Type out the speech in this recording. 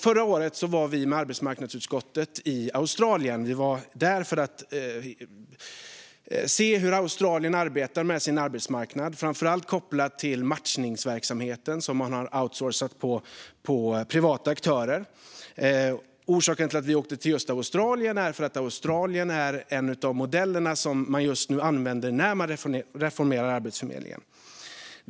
Förra året var vi i arbetsmarknadsutskottet i Australien för att se hur Australien arbetar med sin arbetsmarknad, framför allt kopplat till matchningsverksamheten som man har outsourcat till privata aktörer. Orsaken till att vi åkte just till Australien var att Australien är en av modellerna som man just nu använder när man reformerar Arbetsförmedlingen.